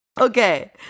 Okay